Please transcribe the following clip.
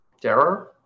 terror